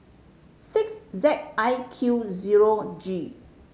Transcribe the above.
six Z I Q zero G